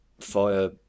fire